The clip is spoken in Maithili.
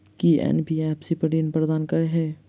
की एन.बी.एफ.सी ऋण प्रदान करे है?